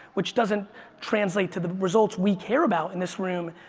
which doesn't translate to the results we care about in this room.